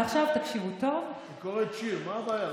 ועכשיו תקשיבו טוב, היא קוראת שיר, מה הבעיה?